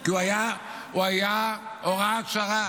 כי הוא היה הוראת שעה.